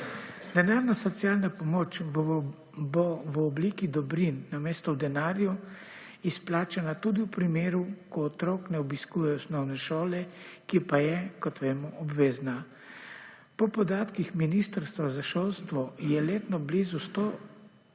Denarna socialna pomoč bo v obliki dobrin namesto v denarju izplačana tudi v primeru, ko otrok ne obiskuje osnovne šole, ki pa je kot vemo obvezna. Po podatkih Ministrstva za šolstvo je letno blizu 100